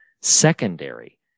secondary